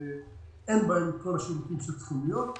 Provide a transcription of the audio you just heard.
אין בהם כל השירותים שצריכים להיות,